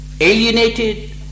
alienated